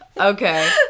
Okay